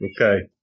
Okay